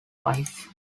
wife